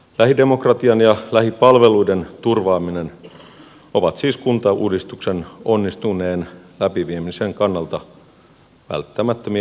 lähidemokratian ja lähipalveluiden turvaaminen ovat siis kuntauudistuksen onnistuneen läpiviemisen kannalta välttämättömiä asioita